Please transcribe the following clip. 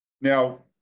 Now